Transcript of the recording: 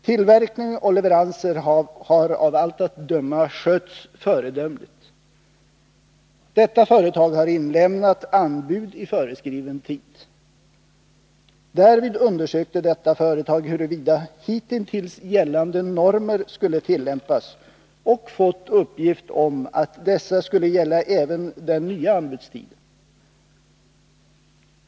Tillverkning och leveranser har av allt att döma skötts föredömligt. Företaget har inlämnat anbud i föreskriven tid. Därvid undersökte detta företag huruvida hitintills gällande normer skulle tillämpas och fick då uppgift om att dessa skulle gälla även den nya anbudstiden.